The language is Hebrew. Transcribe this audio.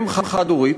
אם חד-הורית,